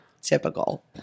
typical